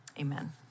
amen